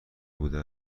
بوده